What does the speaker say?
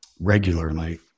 regularly